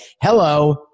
Hello